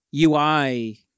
UI –